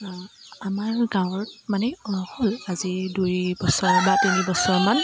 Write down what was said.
আমাৰ গাঁৱৰ মানে হ'ল আজি দুই বছৰ বা তিনি বছৰমান